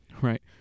right